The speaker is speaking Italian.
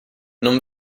non